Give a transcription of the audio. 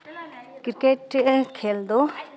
cricket ᱠᱷᱮᱞ ᱫᱚ